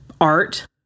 art